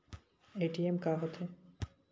ATM का होथे?